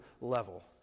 level